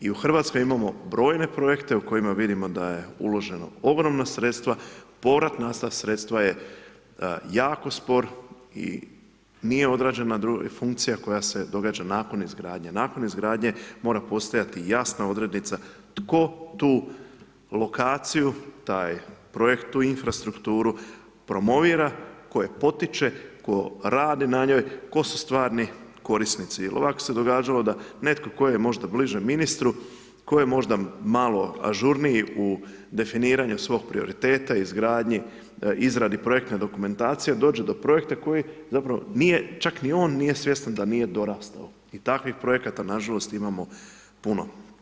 I u Hrvatskoj imamo brojne projekte u kojima vidimo da je uloženo ogromna sredstva, povrat na ta sredstva je jako spor i nije odrađena funkcija koja se događa nakon izgradnje nakon izgradnje mora postojati jasna odrednica tko tu lokaciju, ta projekt, tu infrastrukturu promovira, tko je potiče, tko radi na njoj, tko su stvarni korisnici jer ovako se događalo da netko tko je možda bliže ministru, tko je možda malo ažurniji u definiranju svog prioriteta, izgradnji, izradi projekte dokumentacije, dođe do projekta koji zapravo nije, čak ni on nije svjestan da nije dorastao i takvi projekata nažalost imamo puno.